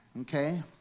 Okay